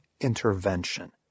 Intervention